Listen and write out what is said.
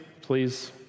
please